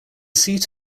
seat